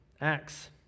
Acts